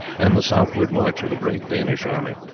and the southward march of the great danish army,